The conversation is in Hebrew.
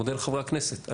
אני מודה לחברי הכנסת.